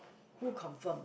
who confirm